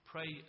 Pray